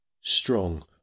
strong